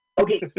Okay